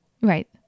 Right